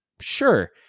sure